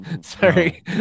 sorry